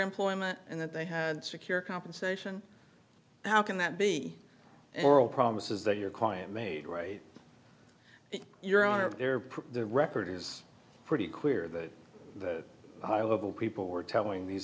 employment and that they had secure compensation how can that be oral promises that your client made right in your honor of their per the record is pretty clear that the high level people were telling these